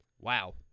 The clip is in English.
Wow